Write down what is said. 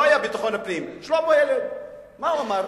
לא היה ביטחון הפנים, מה הוא אמר?